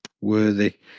Worthy